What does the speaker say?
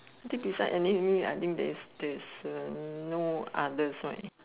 I think beside enemy I think this is there's uh no others right